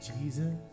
Jesus